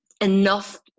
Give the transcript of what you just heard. enough